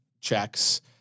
checks